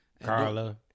Carla